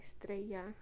Estrella